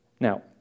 Now